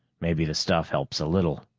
maybe the stuff helps a little.